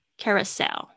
carousel